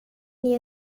nih